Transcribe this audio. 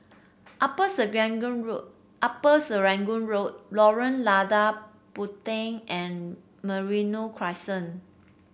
Upper Serangoon Road Upper Serangoon Road Lorong Lada Puteh and Merino Crescent